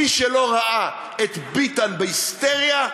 מי שלא ראה את ביטן בהיסטריה,